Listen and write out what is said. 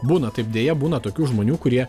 būna taip deja būna tokių žmonių kurie